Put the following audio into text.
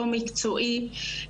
לא מקצועי,